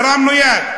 הרמנו יד.